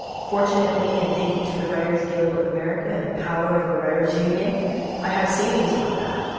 fortunately and thank you to the writers guild of america and the power of a writers union i have savings from that.